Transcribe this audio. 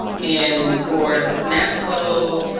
and for snapco,